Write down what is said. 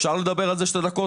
אפשר לדבר על זה 2 דקות?